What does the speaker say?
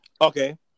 Okay